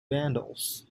vandals